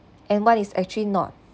and what is actually not